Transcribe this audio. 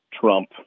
Trump